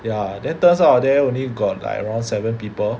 ya then turns out there only got like around seven people